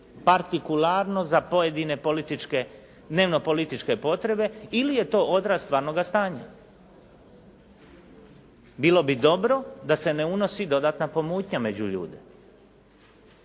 partikularno za pojedine dnevno političke potrebe ili je to odraz stvarnoga stanja. Bilo bi dobro da se ne odnosi dodatna pomutnja među ljude.